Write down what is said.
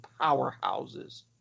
powerhouses